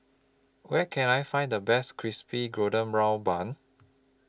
Where Can I Find The Best Crispy Golden Brown Bun